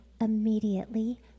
immediately